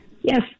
Yes